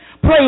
pray